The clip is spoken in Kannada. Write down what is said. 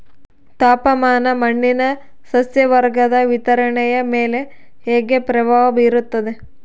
ತಾಪಮಾನ ಮಣ್ಣಿನ ಸಸ್ಯವರ್ಗದ ವಿತರಣೆಯ ಮೇಲೆ ಹೇಗೆ ಪ್ರಭಾವ ಬೇರುತ್ತದೆ?